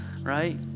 right